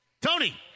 Tony